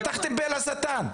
פתחתם פה לשטן.